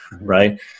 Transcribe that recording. right